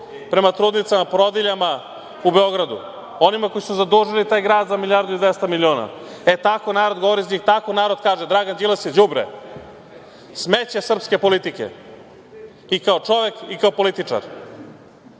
prema trudnicama, porodiljama u Beogradu, onima koji su zadužili taj grad za milijardu i 200 miliona. E tako narod govori za njih. Tako narod kaže – Dragan Đilas je đubre, smeće srpske politike, i kao čovek i kao političar.